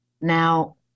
Now